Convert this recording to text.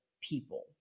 people